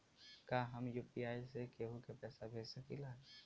का हम यू.पी.आई से केहू के पैसा भेज सकत हई?